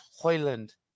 Hoyland